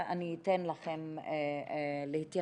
אני אתן לכם להתייחס,